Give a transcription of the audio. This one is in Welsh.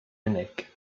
unig